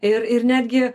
ir ir netgi